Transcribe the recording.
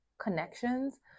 connections